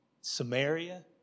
Samaria